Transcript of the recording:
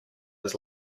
was